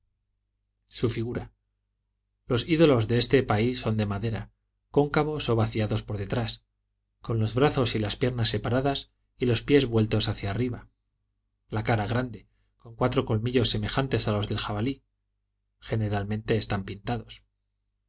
su figura los ídolos de este país son de madera cóncavos o vaciados por detrás con los brazos y las piernas separadas y los pies vueltos hacia arriba la cara grande con cuatro colmillos semejantes a los del jabalí generalmente están pintados